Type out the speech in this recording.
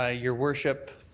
ah your worship,